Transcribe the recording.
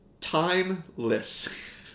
timeless